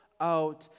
out